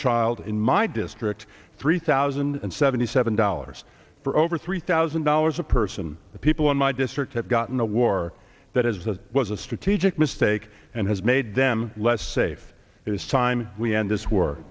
child in my district three thousand and seventy seven dollars for over three thousand dollars a person the people in my district have gotten a war that is that was a strategic mistake and has made them less safe it is time we end this war